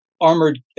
armored